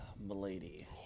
Milady